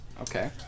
Okay